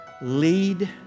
lead